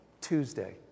Tuesday